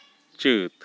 ᱪᱟᱹᱛ